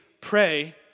pray